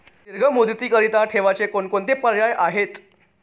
दीर्घ मुदतीकरीता ठेवीचे कोणकोणते पर्याय आहेत?